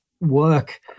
work